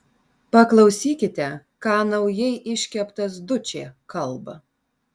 paklausykite ką naujai iškeptas dučė kalba